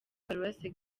paruwasi